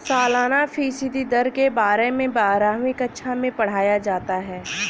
सालाना फ़ीसदी दर के बारे में बारहवीं कक्षा मैं पढ़ाया जाता है